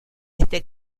este